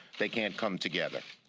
they can't come together.